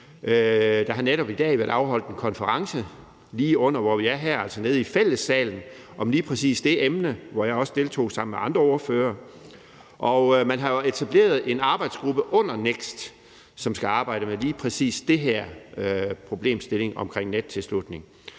Der har netop i dag været afholdt en konference lige under der, hvor vi er her, altså nede i Fællessalen, om lige præcis det emne, hvor jeg også deltog sammen med andre ordførere. Man har jo etableret en arbejdsgruppe under NEKST, som skal arbejde med lige præcis den her problemstilling om nettilslutning.